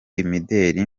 imideli